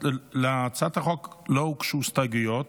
להצעת החוק לא הוגשו הסתייגויות.